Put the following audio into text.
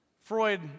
Freud